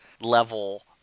level